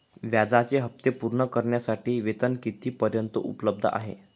व्याजाचे हप्ते पूर्ण करण्यासाठी वेतन किती पर्यंत उपलब्ध आहे?